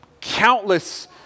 countless